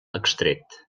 extret